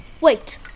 Wait